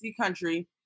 country